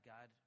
God